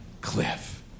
cliff